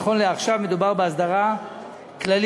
נכון לעכשיו מדובר בהסדרה כללית,